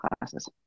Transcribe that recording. classes